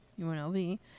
UNLV